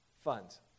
funds